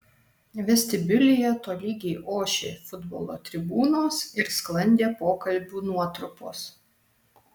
vestibiulyje tolygiai ošė futbolo tribūnos ir sklandė pokalbių nuotrupos